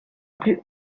plus